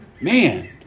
man